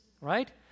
right